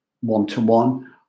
one-to-one